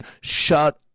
shut